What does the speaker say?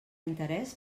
interès